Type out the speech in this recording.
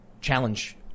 challenge